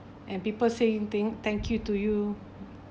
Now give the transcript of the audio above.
and people saying thank you to you